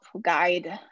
guide